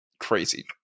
crazy